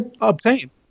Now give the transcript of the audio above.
obtain